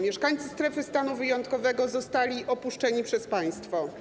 Mieszkańcy strefy stanu wyjątkowego zostali opuszczeni przez państwo.